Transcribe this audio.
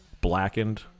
Blackened